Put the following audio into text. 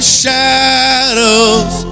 shadows